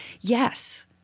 yes